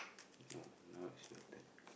no now is your turn